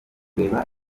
kureba